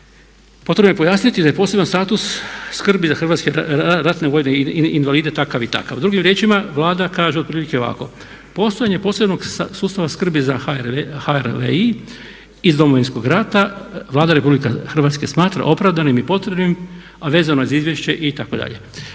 Potrebno je pojasniti da je poseban status za Hrvatske ratne vojne invalide takav i takav. Drugim riječima Vlada kaže otprilike ovako postanje posebnog sustava skrbi za HRVI iz Domovinskog rata Vlada Republike Hrvatske smatra opravdanim i potrebnim a vezano je za izvješće itd.